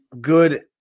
good